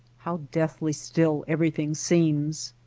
how deathly still everything seems!